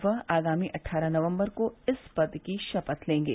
वह आगामी अट्ठारह नवम्बर को इस पद की शपथ लेंगे